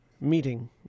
meeting